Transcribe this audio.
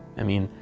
i mean,